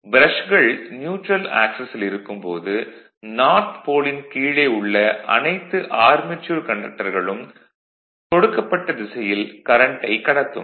ப்ரஷ்கள் neutral axis ல் இருக்கும் போது நார்த் போலின் கீழே உள்ள அனைத்து ஆர்மெச்சூர் கண்டக்டர்களும் கொடுத்த திசையில் கரண்ட்டைக் கடத்தும்